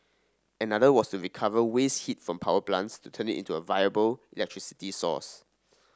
another was to recover waste heat from power plants to turn it into a viable electricity source